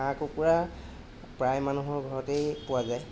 হাঁহ কুকুৰা প্ৰায় মানুহৰ ঘৰতেই পোৱা যায়